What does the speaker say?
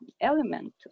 element